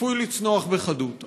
צפוי לצנוח בחדות.